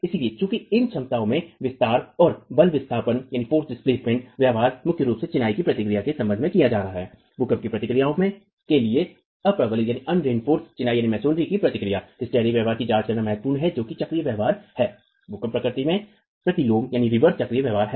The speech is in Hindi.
इसलिए चूंकि इन क्षमताओं के विस्तार और बल विस्थापन व्यवहार मुख्य रूप से चिनाई की प्रतिक्रिया के संबंध में किया जा रहा है भूकंप की क्रियाओं के लिए अप्रबलित चिनाई की प्रतिक्रिया हिस्टैरिक व्यवहार की जांच करना महत्वपूर्ण है जो चक्रीय व्यवहार है भूकंप प्रकृति में प्रतिलोम चक्रीय व्यवहार है